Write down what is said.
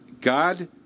God